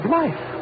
life